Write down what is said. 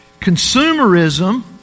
Consumerism